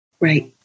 Right